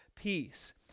Peace